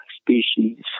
species